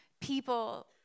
people